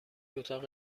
اتاق